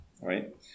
right